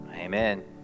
Amen